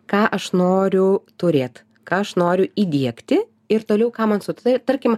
ką aš noriu turėt ką aš noriu įdiegti ir toliau ką man su tuo tarkim